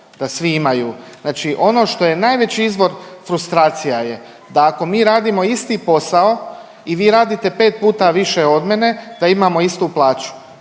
da svi imaju, znači ono što je najveći izvor frustracija je da ako mi radimo isti posao i vi radite pet puta više od mene, da imamo istu plaću.